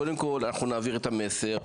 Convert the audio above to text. קודם כול, אנחנו נעביר את המסר.